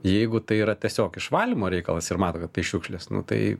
jeigu tai yra tiesiog išvalymo reikalas ir matom kad tai šiukšlės nu tai